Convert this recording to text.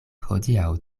hodiaŭ